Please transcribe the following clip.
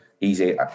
easy